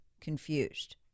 confused